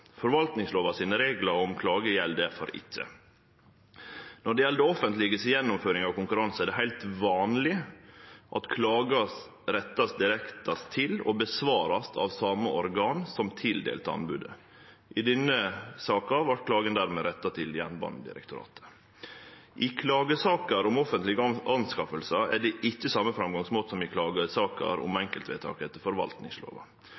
Forvaltningslova sine reglar om klage gjeld difor ikkje. Når det gjeld det offentlege si gjennomføring av konkurranse, er det heilt vanleg at klagar vert retta direkte til og blir svara på av same organ som tildelte anbodet. I denne saka vart klagen dermed retta til Jernbanedirektoratet. I klagesaker om offentlege anskaffingar er det ikkje same framgangsmåte som i klagesaker om enkeltvedtak etter forvaltningslova.